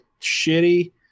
shitty